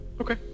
Okay